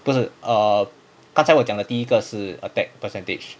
不是 err 刚才我讲的第一个是 attack percentage